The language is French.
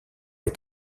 est